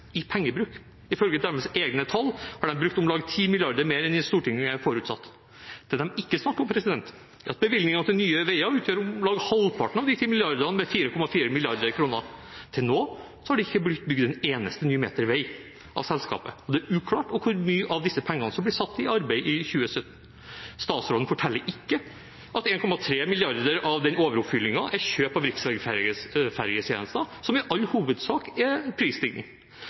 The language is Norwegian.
i pengebruk. Ifølge deres egne tall har de brukt om lag 10 mrd. kr mer enn Stortinget forutsatte. Det de ikke snakker om, er at bevilgningene til Nye Veier utgjør om lag halvparten av de 10 mrd. kr, med 4,4 mrd. kr. Til nå har det ikke blitt bygd en eneste meter ny vei av selskapet, og det er uklart hvor mye av disse pengene som blir satt av til arbeid i 2017. Statsråden forteller ikke at 1,3 mrd. kr av den overoppfyllingen er kjøp av riksveifergetjenester, noe som i all hovedsak er knyttet til prisstigning.